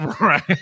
Right